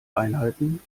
einheiten